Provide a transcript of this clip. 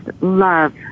love